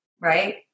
right